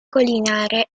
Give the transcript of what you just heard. collinare